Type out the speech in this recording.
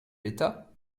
l’état